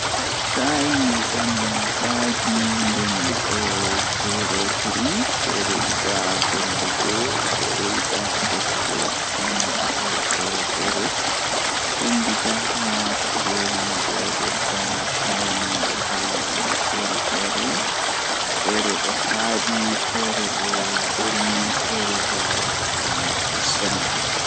Nyamdu jei mi ɓuri yiɗugo kannjum woni kusel Miɗo yiɗi jeyɗi laalo sabu o waɗi laɓɓorde e njamɗude. E jammaaji ɗiɗɗi, mi faala maafe nguurndam so tawii jammaaji njiɗɗi ngam njamɗude ngal kaɗi moƴƴere ɗum nder nderngu leydi